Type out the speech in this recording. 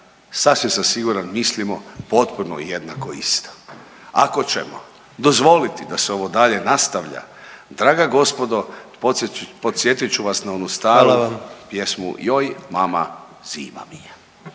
sasvim sam siguran mislimo potpuno jednako isto. Ako ćemo dozvoliti da se ovo dalje nastavlja draga gospodo podsjetit ću vas na onu staru pjesmu … …/Upadica